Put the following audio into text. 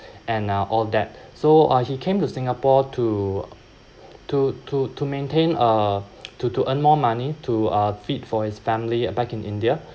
and uh all that so uh he came to singapore to to to to maintain uh to to earn more money to uh feed for his family back in india